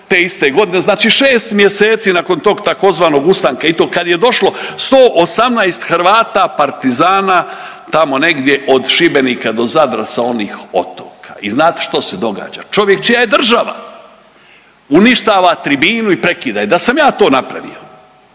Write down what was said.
te iste godine. Znači šest mjeseci nakon tog tzv. ustanka i to kad je došlo 118 Hrvata partizana tamo negdje od Šibenika do Zadra sa onih otoka. I znate što se događa? Čovjek čija je država uništava tribinu i prekida je. Da sam ja to napravio